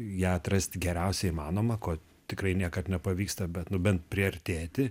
ją atrasti geriausią įmanomą ko tikrai niekad nepavyksta bet nu bent priartėti